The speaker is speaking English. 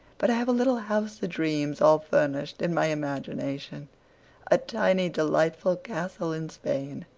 but i have a little house o'dreams all furnished in my imagination a tiny, delightful castle in spain.